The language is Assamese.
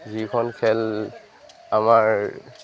যিখন খেল আমাৰ